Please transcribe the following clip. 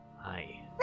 Hi